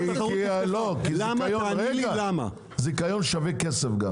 זה כיום שווה גם כסף.